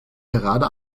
gerade